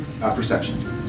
Perception